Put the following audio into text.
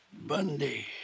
Bundy